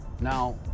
Now